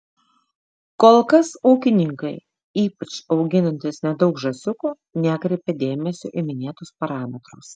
kol kas ūkininkai ypač auginantys nedaug žąsiukų nekreipia dėmesio į minėtus parametrus